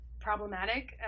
problematic